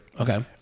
Okay